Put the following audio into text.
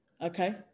okay